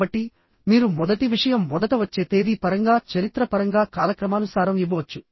కాబట్టిమీరు మొదటి విషయం మొదట వచ్చే తేదీ పరంగా చరిత్ర పరంగా కాలక్రమానుసారం ఇవ్వవచ్చు